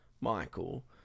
Michael